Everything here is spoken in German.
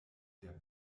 der